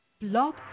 Blog